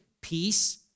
peace